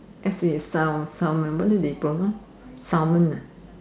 S A is sal~ Salmon what do they pronounce Salmon ah